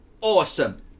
awesome